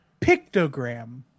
Pictogram